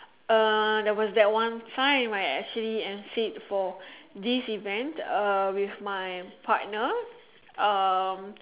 uh there was that one time I actually emceed for this event uh with my partner um